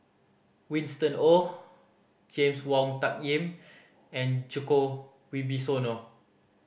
Winston Oh James Wong Tuck Yim and Djoko Wibisono